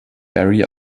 barry